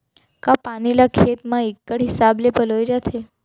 का पानी ला खेत म इक्कड़ हिसाब से पलोय जाथे?